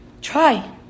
Try